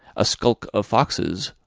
a skulk of foxes,